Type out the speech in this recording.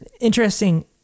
interesting